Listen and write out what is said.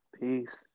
Peace